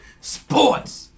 Sports